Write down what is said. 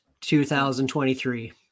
2023